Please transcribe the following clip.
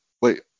Wait